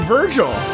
Virgil